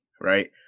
right